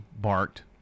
barked